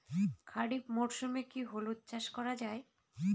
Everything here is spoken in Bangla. খরিফ মরশুমে কি হলুদ চাস করা য়ায়?